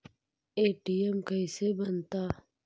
ATM कैसे बनता?